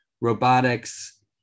robotics